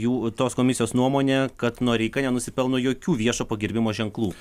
jų tos komisijos nuomone kad noreika nenusipelno jokių viešo pagerbimo ženklų